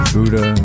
Buddha